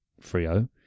Frio